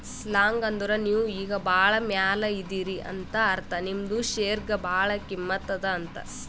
long ಅಂದುರ್ ನೀವು ಈಗ ಭಾಳ ಮ್ಯಾಲ ಇದೀರಿ ಅಂತ ಅರ್ಥ ನಿಮ್ದು ಶೇರ್ಗ ಭಾಳ ಕಿಮ್ಮತ್ ಅದಾ ಅಂತ್